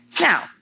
Now